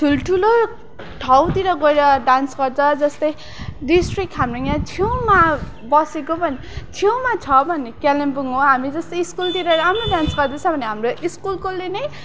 ठुलठुलो ठाउँतिर गएर डान्स गर्छ जस्तै डिस्ट्रिक्ट हाम्रो यहाँ छेउमा बसेको भने छेउमा छ भने कालिम्पोङ हो हामी जस्तै स्कुलतिर राम्रो डान्स गर्दैछ भने हाम्रो स्कुलकोले नै